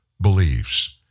believes